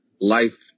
life